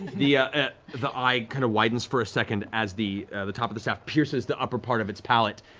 the ah the eye kind of widens for a second as the the top of the staff pierces the upper part of its palate,